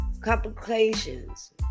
Complications